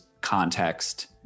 context